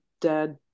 dead